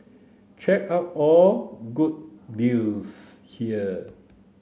check out all good deals here